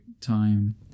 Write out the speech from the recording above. time